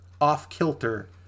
off-kilter